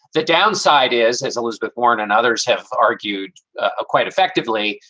the downside is, as elizabeth warren and others have argued ah quite effectively,